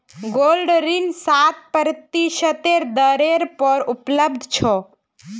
gold ऋण सात प्रतिशतेर दरेर पर उपलब्ध छ